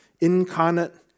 incarnate